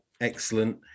excellent